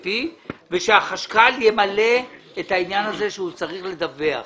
ה-PPP ושהחשב הכללי ימלא את העניין הזה שהוא צריך לדווח.